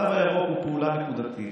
התו הירוק הוא פעולה נקודתית.